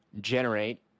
generate